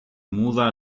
muda